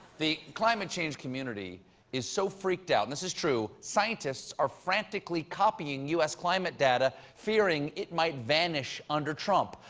the climate change community is so freaked out and this is true scientists are frantically copying u s. climate data, fearing it might vanish under trump.